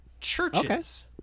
churches